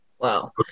Wow